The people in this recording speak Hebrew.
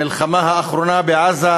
המלחמה האחרונה בעזה,